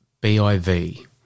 B-I-V